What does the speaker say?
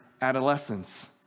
adolescence